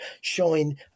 showing